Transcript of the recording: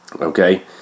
Okay